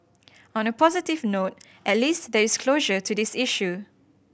on a positive note at least there is closure to this issue